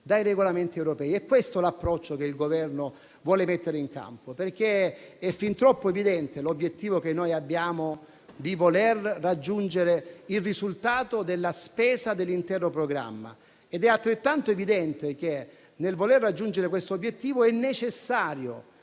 dai regolamenti europei. È questo l'approccio che il Governo vuole mettere in campo, perché è fin troppo evidente l'obiettivo che abbiamo: raggiungere il risultato della spesa dell'intero programma. È altrettanto evidente che, nel voler raggiungere quest'obiettivo, è necessario